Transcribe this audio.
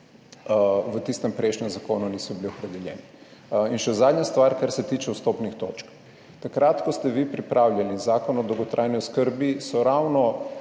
v tistem prejšnjem zakonu niso bili opredeljeni. In še zadnja stvar, kar se tiče vstopnih točk. Takrat, ko ste vi pripravljali Zakon o dolgotrajni oskrbi, so ravno